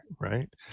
right